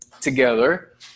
together